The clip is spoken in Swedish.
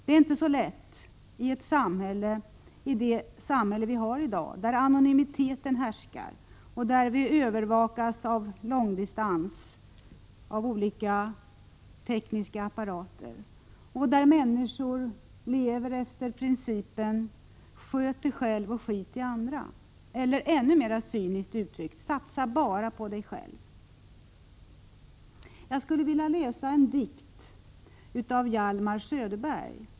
Det är inte så lätt i det samhälle vi har i dag, där anonymiteten härskar, där vi övervakas på långdistans av olika tekniska apparater och där människor lever efter principen: sköt dig själv och skit i andra. Eller än mer cyniskt uttryckt: satsa bara på dig själv. Jag vill läsa en dikt av Hjalmar Söderberg.